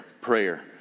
prayer